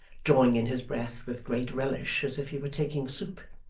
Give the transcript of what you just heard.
drawing in his breath with great relish as if he were taking soup,